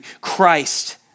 Christ